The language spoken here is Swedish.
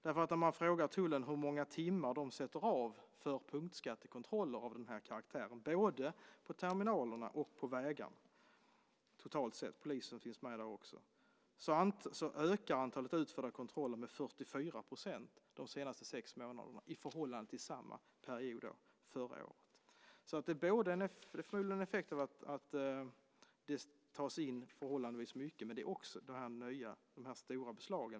När man frågar tullen hur många timmar de sätter av för punktskattekontroller av den karaktären totalt sett, både på terminaler och på vägar, polisen finns med där också, har antalet utförda kontroller ökat med 44 % de senaste sex månaderna i förhållande till samma period förra året. Det är en effekt av att det förs in förhållandevis mycket och de stora beslagen.